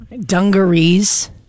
Dungarees